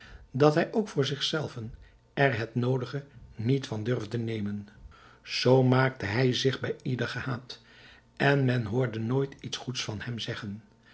dat hij ook voor zich zelven er het noodige niet van durfde nemen zoo maakte hij zich bij ieder gehaat en men hoorde nooit iets goeds van hem zeggen